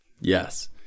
Yes